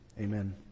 amen